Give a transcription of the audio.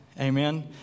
Amen